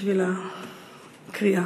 בשביל הקריאה: